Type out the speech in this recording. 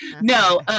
no